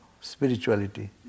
spirituality